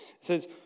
says